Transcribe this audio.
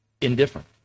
indifferent